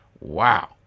Wow